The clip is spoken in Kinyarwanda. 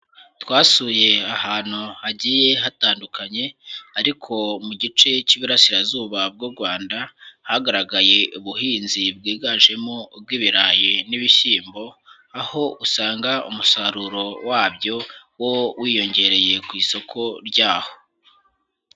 Twasuye ahantu hagiye hatandukanye ariko mu gice cy'iburarasirazuba bw'u Rwanda hagaragaye ubuhinzi bwiganjemo ubw'ibirayi n'ibishyimbo, aho usanga umusaruro wabyo wo wiyongereye ku isoko ryaho.